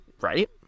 Right